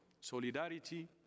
Solidarity